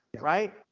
right